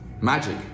Magic